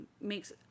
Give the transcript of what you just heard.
makes